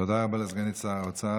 תודה רבה לסגנית שר האוצר,